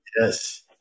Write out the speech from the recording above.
Yes